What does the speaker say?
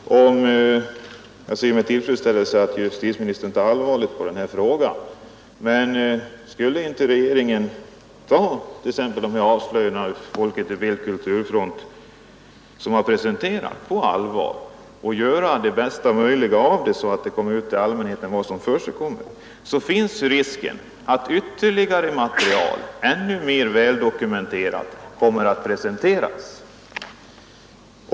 Fru talman! Jag ser med tillfredsställelse att justitieministern tar allvarligt på denna fråga. Men skulle inte regeringen kunna ta avslöjandena i tidningen Folket i Bild-Kulturfront på allvar och göra sitt bästa för att det skall bli bekant för allmänheten vad som förekommit? Det finns ju risk för att ytterligare och ännu mer väldokumenterat material kommer att presenteras.